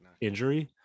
injury